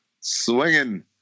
swinging